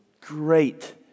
great